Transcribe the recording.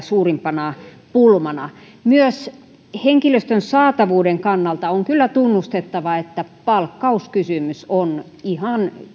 suurimpana pulmana myös henkilöstön saatavuuden kannalta on kyllä tunnustettava että palkkauskysymys on ihan